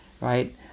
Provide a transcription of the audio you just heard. Right